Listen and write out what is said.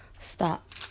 Stop